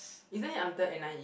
isn't it under n_i_e